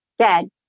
dead